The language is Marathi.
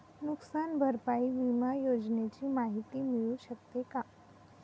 नुकसान भरपाई विमा योजनेची माहिती मिळू शकते का?